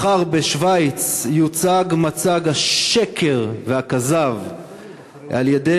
מחר יוצג בשווייץ מצג השקר והכזב על-ידי